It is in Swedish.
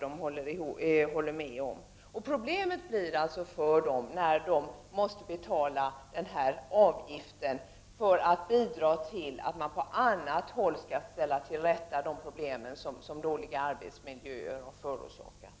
Deras problem är alltså att de måste betala denna avgift för att bidra till, att man på annat håll skall åtgärda de problem, som dåliga arbetsmiljöer har förorsakat.